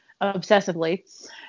obsessively